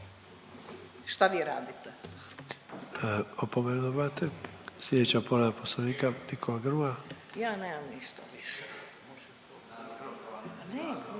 šta vi radite.